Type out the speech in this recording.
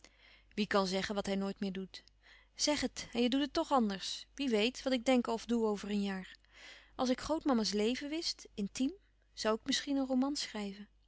wie kan zeggen wat hij nooit meer doet zeg het en je doet toch anders wie weet wat ik denk of doe over een jaar als ik grootmama's leven wist intiem zoû ik misschien een roman